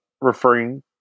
referring